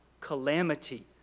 calamity